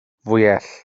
fwyell